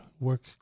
work